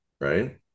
right